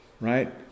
right